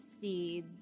see